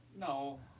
No